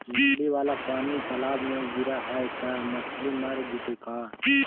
नली वाला पानी तालाव मे गिरे है त मछली मर जितै का?